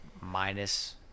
minus